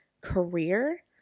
career